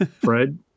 Fred